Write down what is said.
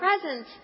present